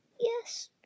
Yes